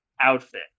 outfit